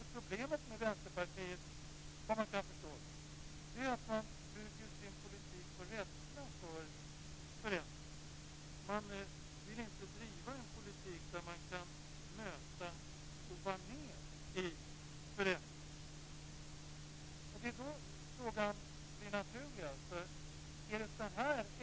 Herr talman! Jag sade inte direkt att jag led med Gudrun Schyman. Nu säger Gudrun Schyman att hon inte led. Det kan bero på att hon är mer hårdhudad än vad jag är.